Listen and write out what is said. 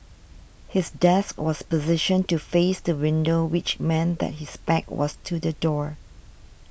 his desk was positioned to face the window which meant that his back was to the door